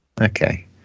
Okay